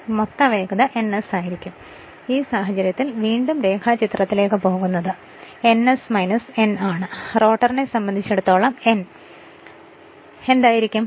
അതിനാൽ ഈ സാഹചര്യത്തിൽ വീണ്ടും രേഖാചിത്രത്തിലേക്ക് പോകുന്നത് ഇത് ns n ആണ് റോട്ടറിനെ സംബന്ധിച്ചിടത്തോളം n ചേർത്താൽ എന്തായിരിക്കും